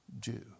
Jew